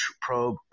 probe